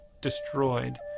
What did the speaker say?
destroyed